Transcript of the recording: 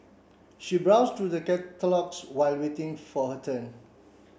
she browsed through the while waiting for her turn